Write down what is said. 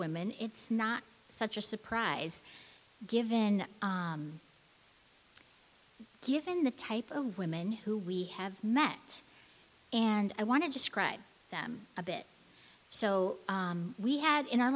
women it's not such a surprise given given the type of women who we have met and i want to describe them a bit so we had in our